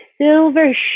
silver